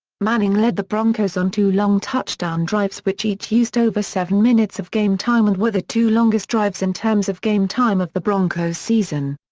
manning led the broncos on two long touchdown drives which each used over seven minutes of game time and were the two longest drives in terms of game time of the broncos season.